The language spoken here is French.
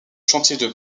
chantier